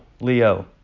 Leo